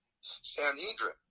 Sanhedrin